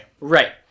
right